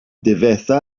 difetha